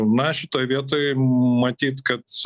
na šitoj vietoj matyt kad